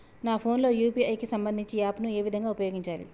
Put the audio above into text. నా ఫోన్ లో యూ.పీ.ఐ కి సంబందించిన యాప్ ను ఏ విధంగా ఉపయోగించాలి?